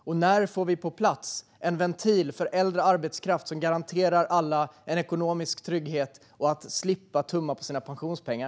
Och när får vi på plats en ventil för äldre arbetskraft som garanterar alla en ekonomisk trygghet och att slippa tumma på sina pensionspengar?